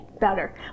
better